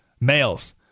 males